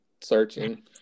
searching